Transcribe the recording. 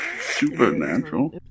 Supernatural